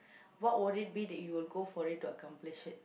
what would it be that you will go for it to accomplish it